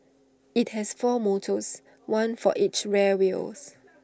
IT has four motors one for each rear wheels